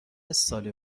سال